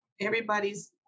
Everybody's